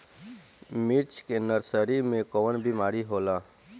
मिर्च के नर्सरी मे कवन बीमारी होला?